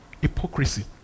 Hypocrisy